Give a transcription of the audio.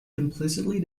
implicitly